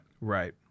Right